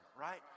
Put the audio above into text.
right